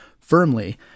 firmly